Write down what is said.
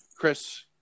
Chris